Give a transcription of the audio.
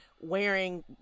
wearing